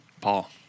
paul